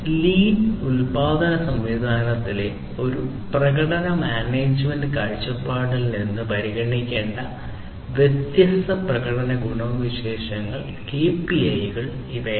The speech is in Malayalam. ലീൻ ഉൽപാദന സംവിധാനത്തിലെ ഒരു പ്രകടന മാനേജ്മെന്റ് കാഴ്ചപ്പാടിൽ നിന്ന് പരിഗണിക്കേണ്ട വ്യത്യസ്ത പ്രകടന ഗുണവിശേഷങ്ങൾ അല്ലെങ്കിൽ KPI കൾ ഇവയാണ്